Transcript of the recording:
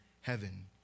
heaven